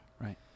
right